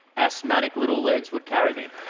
asthmatic little legs would carry me.